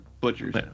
butchers